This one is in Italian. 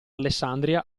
alessandria